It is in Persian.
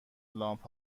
لامپ